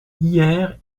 hier